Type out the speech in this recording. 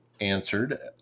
answered